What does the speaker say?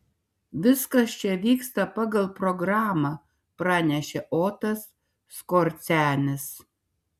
viskas čia vyksta pagal programą pranešė otas skorcenis